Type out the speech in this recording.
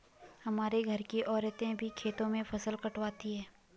हमारे घर की औरतें भी खेतों में फसल कटवाती हैं